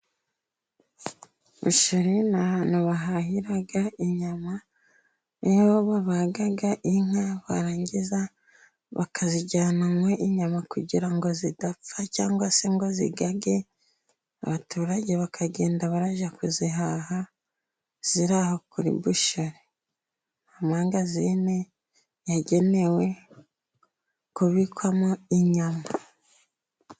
Busheri ni ahantu bahahira inyama, iyo babaga inka barangiza bakazijyanamo inyama kugira ngo zidapfa, cyangwa se ngo zigage, abaturage bakagenda bajya kuzihaha ziri kuri busheri , amangazini yagenewe kubikwamo inyama.